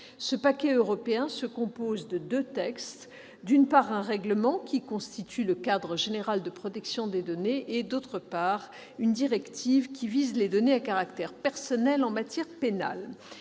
27 avril 2016. Il se compose de deux textes : d'une part, un règlement, qui constitue le cadre général de la protection des données, et, d'autre part, une directive, qui vise les données à caractère personnel en matière pénale.